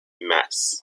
mess